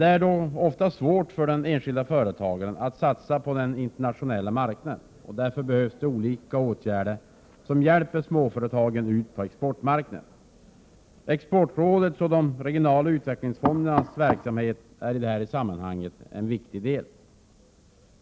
Det är dock ofta svårt för den enskilde företagaren att satsa på den internationella marknaden. Därför behövs olika åtgärder som kan hjälpa småföretagen ut på exportmarknaden. Exportrådets och de regionala utvecklingsfondernas verksamhet är i detta sammanhang viktig.